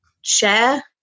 share